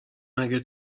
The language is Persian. مگه